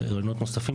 ורעיונות נוספים,